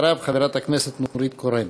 אחריו, חברת הכנסת נורית קורן.